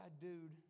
dude